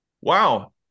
Wow